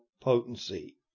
potency